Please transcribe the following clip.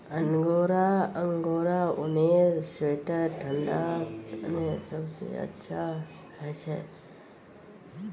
angora angora ऊनेर sweater ठंडा तने सबसे अच्छा हछे